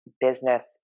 business